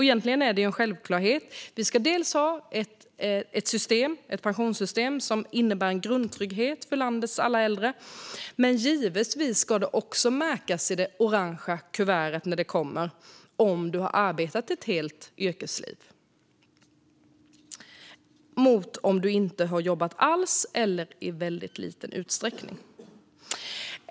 Egentligen är det en självklarhet: Vi ska ha ett pensionssystem som ger landets alla äldre en grundtrygghet. Men givetvis ska det också synas i det orangea kuvertet om man har arbetat ett helt yrkesliv jämfört med om man inte har jobbat alls eller i väldigt liten utsträckning.